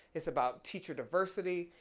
it's about teacher diversity,